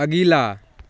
अगिला